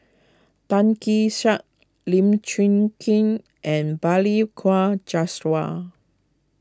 Tan Kee Sek Lim Chwee Chian and Balli Kaur Jaswal